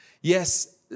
Yes